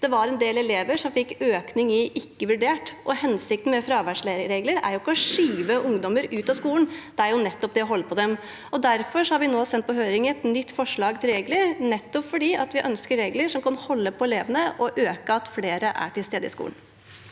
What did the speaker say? Det var bl.a. en del elever som fikk økning i «ikke vurdert». Hensikten med fraværsregler er jo ikke å skyve ungdommer ut av skolen, det er nettopp å holde på dem. Derfor har vi nå sendt på høring et nytt forslag til regler, nettopp fordi vi ønsker regler som fører til at vi kan holde på elevene, og som gjør at flere er til stede i skolen.